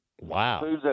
wow